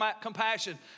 compassion